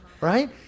right